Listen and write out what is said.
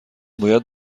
باید